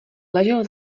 ležel